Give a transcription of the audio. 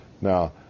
Now